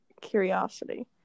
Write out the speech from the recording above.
curiosity